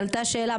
עלתה שאלה,